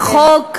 החוק,